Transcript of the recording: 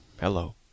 Hello